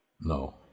No